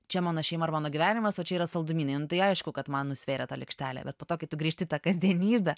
čia mano šeima ir mano gyvenimas o čia yra saldumynai nu tai aišku kad man nusvėrė tą lėkštelę bet po to kai tu grįžti į tą kasdienybę